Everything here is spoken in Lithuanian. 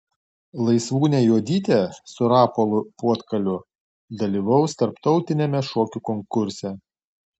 laisvūnė juodytė su rapolu puotkaliu dalyvaus tarptautiniame šokių konkurse